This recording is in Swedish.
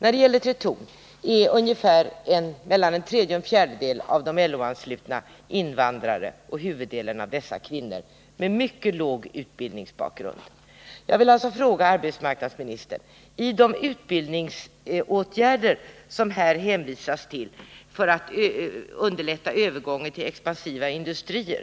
Av de LO-anslutna som arbetar vid Tretorn är mellan en tredjedel och en fjärdedel invandrare, och huvuddelen av dessa är kvinnor med mycket dålig utbildningsbakgrund. Arbetsmarknadsministern hänvisar till åtgärder för att underlätta övergången till expansiva industrier.